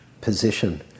position